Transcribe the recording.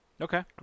Okay